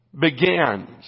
begins